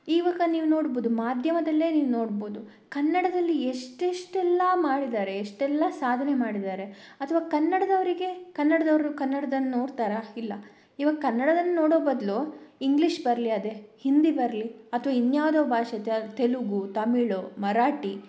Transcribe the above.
ಈವಾಗ ನೀವು ನೋಡ್ಬೋದು ಮಾಧ್ಯಮದಲ್ಲೇ ನೀವು ನೋಡ್ಬೋದು ಕನ್ನಡದಲ್ಲಿ ಎಷ್ಟೆಷ್ಟೆಲ್ಲ ಮಾಡಿದ್ದಾರೆ ಎಷ್ಟೆಲ್ಲ ಸಾಧನೆ ಮಾಡಿದ್ದಾರೆ ಅಥವಾ ಕನ್ನಡದವರಿಗೆ ಕನ್ನಡದವರು ಕನ್ನಡದನ್ನ ನೋಡ್ತಾರಾ ಇಲ್ಲ ಇವಾಗ ಕನ್ನಡದನ್ನ ನೋಡೋ ಬದಲು ಇಂಗ್ಲಿಷ್ ಬರಲಿ ಅದೇ ಹಿಂದಿ ಬರಲಿ ಅಥವಾ ಇನ್ಯಾವುದೋ ಭಾಷೆ ತೆಲುಗು ತಮಿಳ್ ಮರಾಠಿ